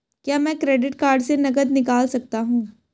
क्या मैं credit card से नकद निकाल सकता हूँ?